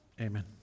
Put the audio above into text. Amen